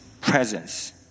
presence